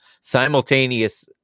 simultaneous